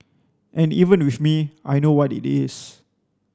and even with me I know what it is